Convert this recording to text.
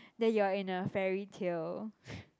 that you are in a fairy tale